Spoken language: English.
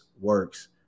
works